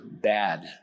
bad